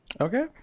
okay